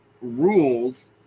rules